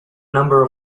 number